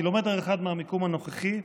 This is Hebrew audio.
קילומטר אחד מהמיקום הנוכחי,